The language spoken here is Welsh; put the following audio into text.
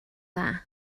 dda